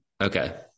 okay